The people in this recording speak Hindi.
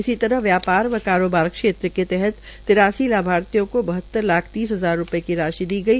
इस तरह व्यापार व कारोबर क्षेत्र के तहत तिरासी लाभर्थियों को बहतर लाख तीस हजार रूपये की राशि दी गई